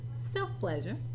Self-pleasure